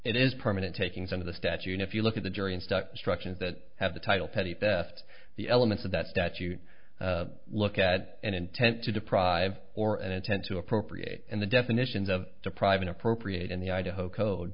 it is permanent taking some of the statute in if you look at the jury and stuck instructions that have the title petty theft the elements of that statute look at an intent to deprive or an intent to appropriate and the definitions of depriving appropriate in the idaho code